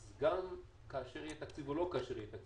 אז גם כשיהיה תקציב או כאשר לא יהיה תקציב,